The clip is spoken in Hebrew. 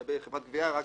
לגבי חברת גבייה, רק